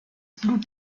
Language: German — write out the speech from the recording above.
blut